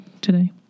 today